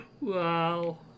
Wow